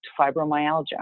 fibromyalgia